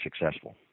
successful